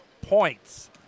points